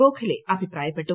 ഗോഖ്ലെ അഭിപ്രായപ്പെട്ടു